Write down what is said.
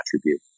attribute